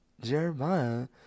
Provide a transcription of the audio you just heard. Jeremiah